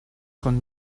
con